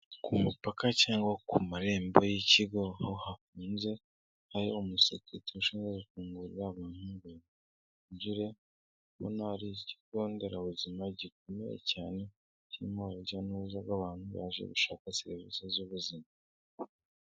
Ku mupaka cyangwa ku marembo y'ikigo hafunze, hariho umusekirite ushinzwe gufungurira abantu ngo binjire. Ndabona ari ikigo nderabuzima gikomeye cyane kirimo urujya n'uruza rw'abantu baje gushaka serivisi z'ubuzima.